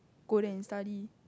go and study